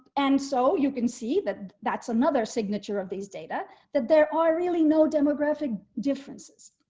and so you can see that that's another signature of these data that there are really no demographic differences,